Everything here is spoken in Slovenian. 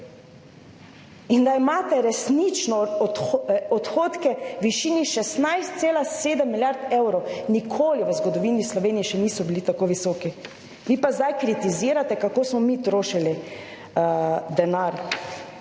in da imate resnično odhodke v višini 16,7 milijard evrov. Nikoli v zgodovini Slovenije še niso bili tako visok. Vi pa zdaj kritizirate kako smo mi trošili denar,